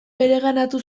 bereganatu